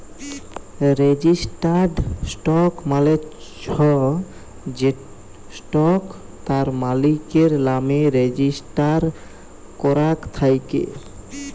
registered stock মালে চ্ছ যে স্টক তার মালিকের লামে রেজিস্টার করাক থাক্যে